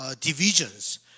divisions